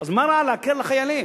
אז מה רע להקל על החיילים?